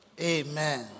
Amen